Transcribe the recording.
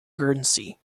guernsey